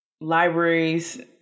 Libraries